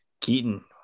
keaton